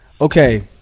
Okay